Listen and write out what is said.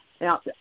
Now